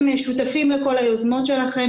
אנחנו שותפים לכל היוזמות שלכם,